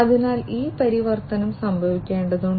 അതിനാൽ ഈ പരിവർത്തനം സംഭവിക്കേണ്ടതുണ്ട്